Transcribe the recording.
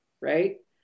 right